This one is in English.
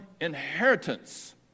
inheritance